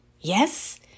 yes